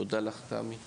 תודה לך תמי,